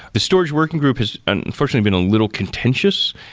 the storage working group has unfortunately been a little contentious,